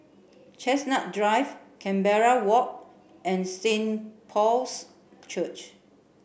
Chestnut Drive Canberra Walk and Saint Paul's Church